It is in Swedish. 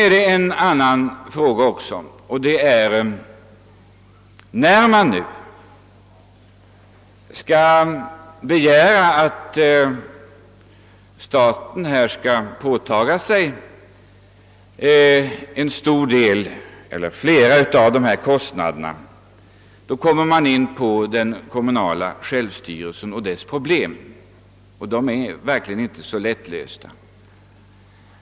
Om man nu begär att staten skall direkt påtaga sig ett flertal av kommunernas kostnader, kommer man vidare in på den kommunala självstyrelsen och dess problem, som sannerligen inte är lättlösta.